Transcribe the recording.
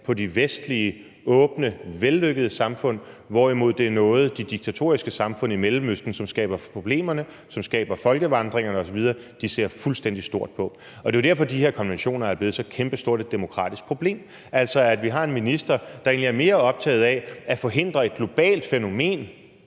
på de vestlige, åbne, vellykkede samfund, hvorimod det er noget, de diktatoriske samfund i Mellemøsten, som skaber problemerne, som skaber folkevandringerne, osv., ser fuldstændig stort på. Det er jo derfor, de her konventioner er blevet så kæmpestort et demokratisk problem. Altså, at vi har en minister, der egentlig er mere optaget af at forhindre et globalt fænomen